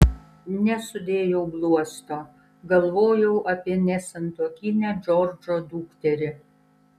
nesudėjau bluosto galvojau apie nesantuokinę džordžo dukterį